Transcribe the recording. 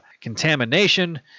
contamination